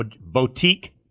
Boutique